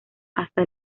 hasta